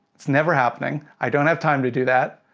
it's never happening. i don't have time to do that.